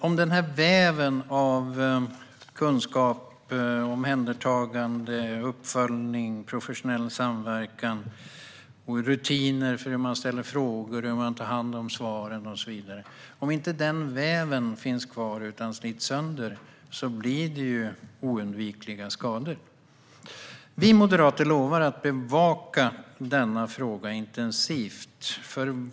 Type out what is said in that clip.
Om väven av kunskap, omhändertagande, uppföljning, professionell samverkan och rutiner för hur man ställer frågor och tar hand om svaren inte finns kvar utan slits sönder blir det oundvikligen skador. Vi moderater lovar att bevaka denna fråga intensivt.